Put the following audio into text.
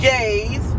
Gays